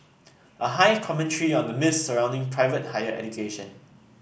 a high commentary on the myths surrounding private higher education